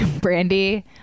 Brandy